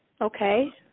Okay